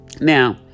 Now